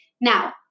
Now